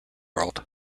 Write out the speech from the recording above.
world